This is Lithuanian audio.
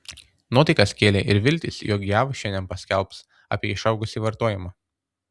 nuotaikas kėlė ir viltys jog jav šiandien paskelbs apie išaugusį vartojimą